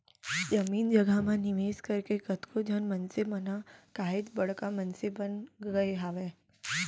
जमीन जघा म निवेस करके कतको झन मनसे मन ह काहेच बड़का मनसे बन गय हावय